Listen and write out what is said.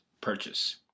purchase